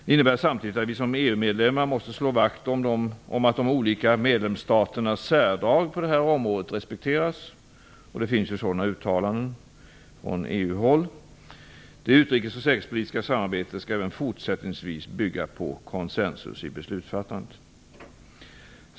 Det innebär samtidigt att vi som EU-medlemmar måste slå vakt om att de olika medlemsstaternas särart på det här området respekteras. Det finns ju sådana uttalanden från EU håll. Det utrikes och säkerhetspolitiska samarbetet skall även fortsättningsvis bygga på konsensus i beslutsfattandet.